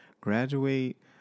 graduate